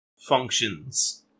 functions